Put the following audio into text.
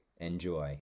Enjoy